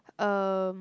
um